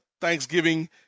Thanksgiving